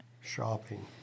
shopping